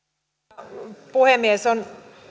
arvoisa puhemies on